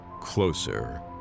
closer